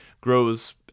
grows